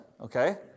okay